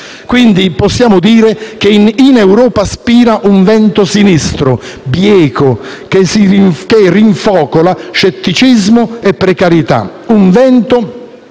Quindi, possiamo dire che in Europa spira un vento sinistro, bieco, che rinfocola scetticismo e precarietà: un vento